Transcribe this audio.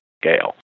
scale